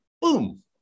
boom